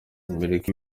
amerika